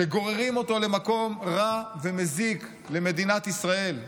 שגוררים אותו למקום רע ומזיק למדינת ישראל.